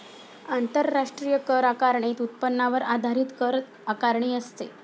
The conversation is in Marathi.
आंतरराष्ट्रीय कर आकारणीत उत्पन्नावर आधारित कर आकारणी असते